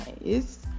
nice